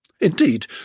Indeed